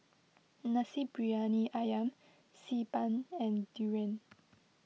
Nasi Briyani Ayam Xi Ban and Durian